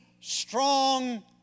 strong